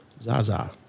Zaza